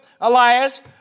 Elias